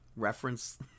reference